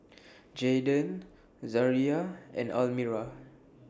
Jaeden Zaria and Almira